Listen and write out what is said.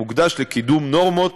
המוקדש לקידום נורמות